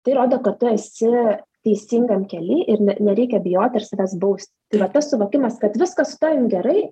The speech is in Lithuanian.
tai rodo kad tu esi teisingam kely ir ne nereikia bijoti ar savęs baust yra tas suvokimas kad viskas su tavim gerai